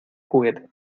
juguete